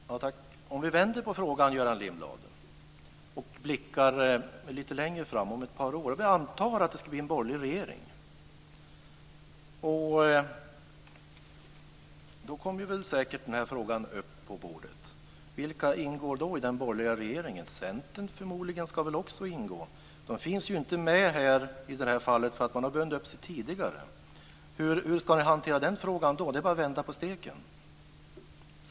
Fru talman! Låt oss vända på frågan, Göran Lindblad, och blicka ett par år framåt. Den här frågan kommer säkert upp på bordet om det då skulle bli en borgerlig regering. Men vilka kommer då att ingå i den borgerliga regeringen? Förmodligen ska också Centern ingå. Det partiet finns inte med i det här sammanhanget, för det har redan bundit upp sig. Hur ska ni hantera den här frågan då?